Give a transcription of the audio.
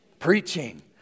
preaching